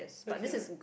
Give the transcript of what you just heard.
okay